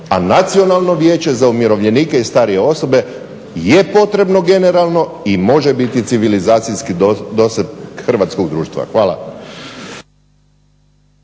a Nacionalno vijeće za umirovljenike i starije osobe je potrebno generalno i može biti civilizacijski doseg hrvatskog društva. Hvala.